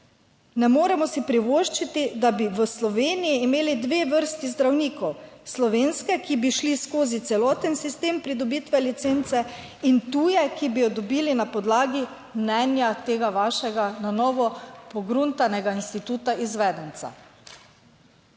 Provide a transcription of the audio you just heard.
Ne moremo si privoščiti, da bi v Sloveniji imeli dve vrsti zdravnikov, slovenske, ki bi šli skozi celoten sistem pridobitve licence in tuje, ki bi jo dobili na podlagi mnenja tega vašega na novo pogruntanega instituta izvedenca.